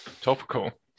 topical